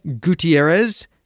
Gutierrez